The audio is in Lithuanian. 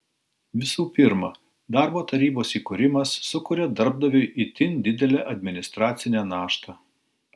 visų pirma darbo tarybos įkūrimas sukuria darbdaviui itin didelę administracinę naštą